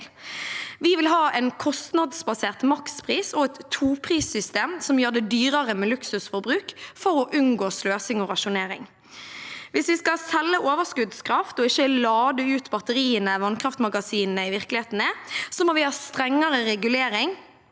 Vi vil ha en kostnadsbasert makspris og et toprissystem som gjør det dyrere med luksusforbruk, for å unngå sløsing og rasjonering. Hvis vi skal selge overskuddskraft og ikke lade ut batteriene vannkraftmagasinene i virkeligheten er, må vi ha strengere regulering